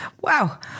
Wow